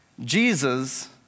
Jesus